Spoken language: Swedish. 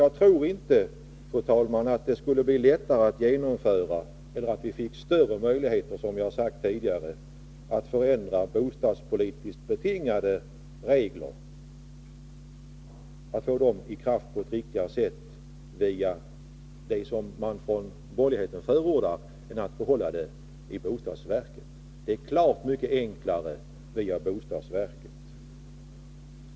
Jag tror, fru talman, att vi skulle få sämre möjligheter, som jag tidigare sade, att förändra bostadspolitiskt betingade regler via det system som de borgerliga förordar än om administrationen ligger kvar hos bostadsverket. Det är helt klart mycket enklare via bostadsverket.